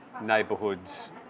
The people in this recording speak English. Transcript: neighbourhoods